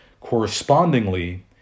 Correspondingly